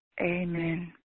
Amen